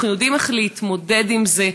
אנחנו יודעים איך להתמודד עם זה.